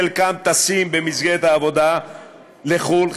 חלקם טסים במסגרת העבודה לחו"ל,